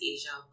Asia